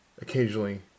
occasionally